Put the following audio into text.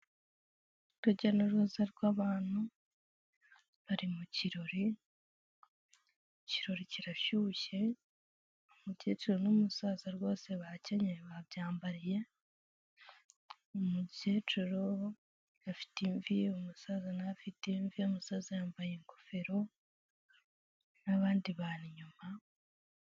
Urujya n'uruza rw'abantu bari mu kirori, ikirori kirashyushye umukecuru n'umusaza rwose bakenyeye babyambariye umukecuru afite imvi, umusaza nawe afite imvi, umusaza yambaye ingofero n'abandi bantu nyuma.